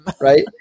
right